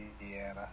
Indiana